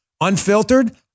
Unfiltered